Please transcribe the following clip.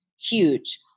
huge